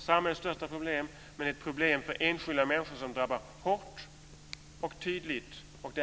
Det är ett problem för enskilda människor, som drabbas hårt och tydligt.